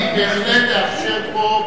אני בהחלט אאפשר פה,